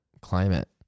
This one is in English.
climate